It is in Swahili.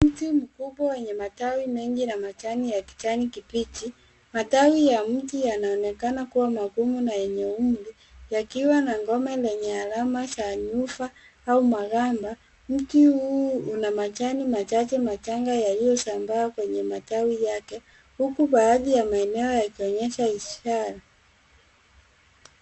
Mti mkubwa wenye matawi mengi na majani ya kijani kibichi. Matawi ya mti yanaonekana kua magumu na yenye uundi, yakiwa na ngome lenye alama za nyufa au maganda. Mti huu una majani machache machanga yaliyosambaa kwenye matawi yake, huku baadhi ya maeneo yakionyesha ishara.